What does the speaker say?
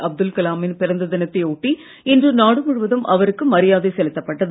அப்துல் கலாமின் பிறந்த தினத்தையாட்டி இன்று நாடு முழுவதும் அவருக்கு மரியாதை செலுத்தப்பட்டது